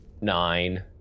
Nine